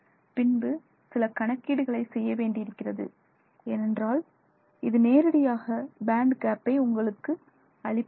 பின்பு சில கணக்கீடுகளை செய்யவேண்டியிருக்கிறது ஏனென்றால் இது நேரடியாக பேண்ட் கேப்பை உங்களுக்கு அளிப்பதில்லை